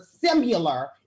similar